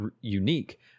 unique